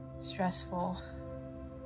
stressful